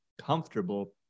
comfortable